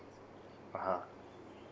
(uh huh)